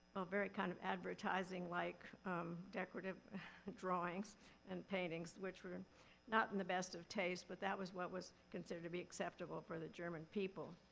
well very kind of advertising-like decorative drawings and paintings, which were not in the best of taste, but that was what was considered to be acceptable for the german people.